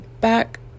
back